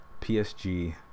PSG